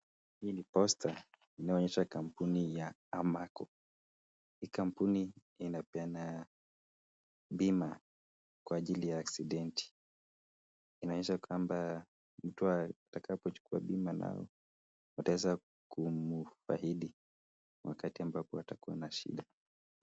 Hii ni posta inayoonyesha kampuni ya Amaco. Ni kampuni inayopeana bima kwa ajili ya aksidenti . Inaonyesha kwamba mtu atakapochukua bima ataweza kumfaidi wakati ambapo atakuwa na shida.